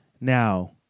Now